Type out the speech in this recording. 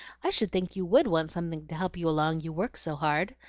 i should think you would want something to help you along, you work so hard.